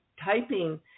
Typing